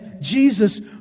Jesus